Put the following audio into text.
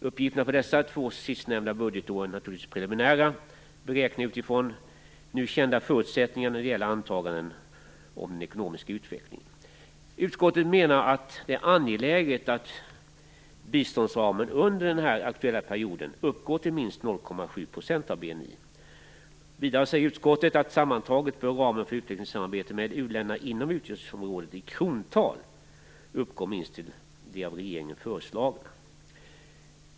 Uppgifterna för dessa två sistnämnda budgetår är naturligtvis preliminära beräkningar som gjorts utifrån nu kända förutsättningar och antaganden om den ekonomiska utvecklingen. Utskottet menar att det är angeläget att biståndsramen under den aktuella perioden uppgår till minst 0,7 % av BNI. Vidare säger utskottet att ramen för utvecklingssamarbete med u-länderna sammantaget inom utgiftsområdet i krontal minst bör uppgå till det av regeringen föreslagna.